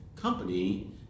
company